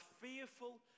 fearful